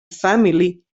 family